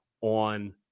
on